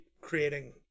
creating